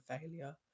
failure